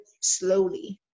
slowly